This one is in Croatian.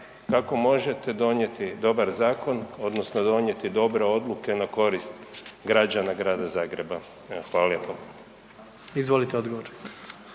kako možete donijeti dobar zakon odnosno donijeti dobre odluke na korist građana Grada Zagreba? Evo, hvala lijepo. **Jandroković,